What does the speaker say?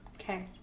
Okay